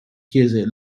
chiese